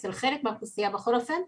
אצל חלק מהאוכלוסייה בכל אופן,